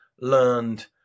learned